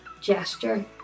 gesture